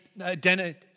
identity